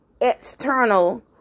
external